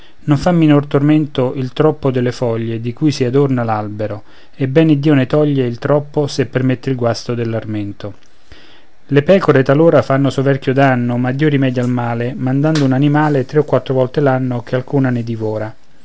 non fa minor tormento il troppo delle foglie di cui si adorna l'albero e ben iddio ne toglie il troppo se permette il guasto dell'armento le pecore talora fanno soverchio danno ma dio rimedia al male mandando un animale tre o quattro volte all'anno che alcuna ne divora